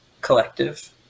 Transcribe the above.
collective